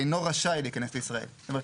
אינו רשאי להיכנס לישראל" זאת אומרת,